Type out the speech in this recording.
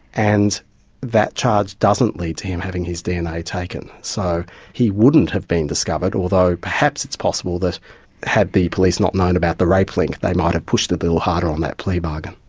and that charge doesn't lead to him having his dna taken. so he wouldn't have been discovered, although perhaps it's possible that had the police not known about the rape link they might have pushed the bill harder on that plea-bargain.